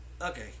Okay